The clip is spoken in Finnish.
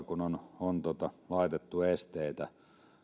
kun uudenmaan rajoille on laitettu esteitä